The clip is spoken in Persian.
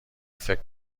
فکر